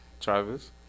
Travis